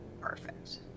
Perfect